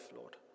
Lord